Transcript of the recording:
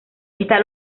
está